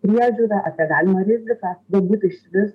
priežiūrą apie galimą riziką galbūt išvis